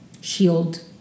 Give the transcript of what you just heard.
shield